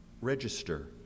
register